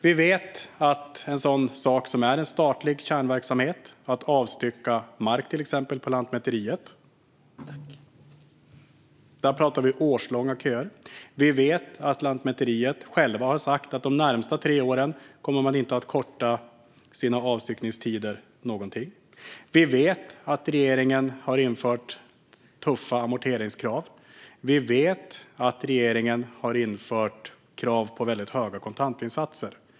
Vi vet att det är en statlig kärnverksamhet att till exempel avstycka mark på Lantmäteriet. Där pratar vi om årslånga köer. Vi vet också att Lantmäteriet har sagt att man de närmaste tre åren inte kommer att korta sina avstyckningstider alls. Vi vet att regeringen har infört tuffa amorteringskrav, och vi vet att regeringen har infört krav på höga kontantinsatser.